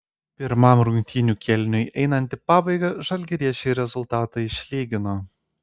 pirmam rungtynių kėliniui einant į pabaigą žalgiriečiai rezultatą išlygino